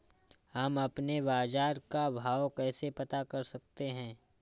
हम अपने बाजार का भाव कैसे पता कर सकते है?